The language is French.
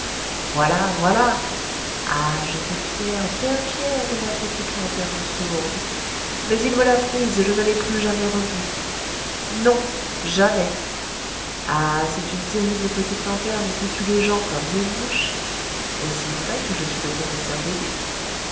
voilà voilà ah j'étais fier bien fier de ma petite lanterne sourde mais il me l'a prise et je ne l'ai plus jamais revue non jamais ah c'est une terrible petite lanterne qui tue les gens comme des mouches aussi vrai que je suis le professeur